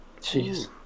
Jeez